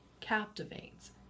captivates